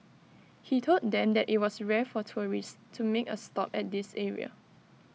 he told them that IT was rare for tourists to make A stop at this area